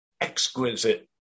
exquisite